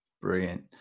brilliant